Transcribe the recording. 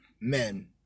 men